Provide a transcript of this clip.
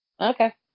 Okay